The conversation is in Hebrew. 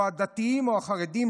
או הדתיים או החרדים,